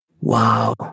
Wow